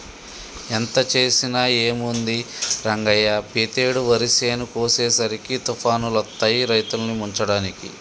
ఎంత చేసినా ఏముంది రంగయ్య పెతేడు వరి చేను కోసేసరికి తుఫానులొత్తాయి రైతుల్ని ముంచడానికి